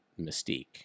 mystique